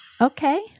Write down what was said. Okay